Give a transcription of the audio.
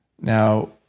Now